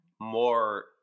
more